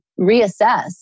reassess